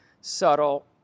subtle